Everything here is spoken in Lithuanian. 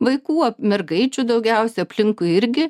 vaikų mergaičių daugiausia aplinkui irgi